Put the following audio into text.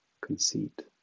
conceit